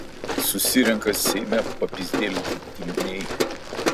susirenka seime papyzdelinti tinginiai